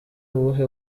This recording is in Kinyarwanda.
uwuhe